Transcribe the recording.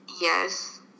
yes